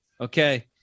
okay